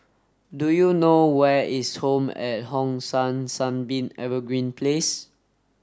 do you know where is Home at Hong San Sunbeam Evergreen Place